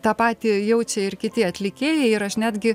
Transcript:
tą patį jaučia ir kiti atlikėjai ir aš netgi